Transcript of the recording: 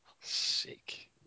Sick